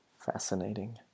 fascinating